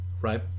right